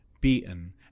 beaten